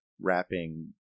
wrapping